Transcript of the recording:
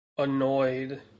annoyed